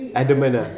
adamant ah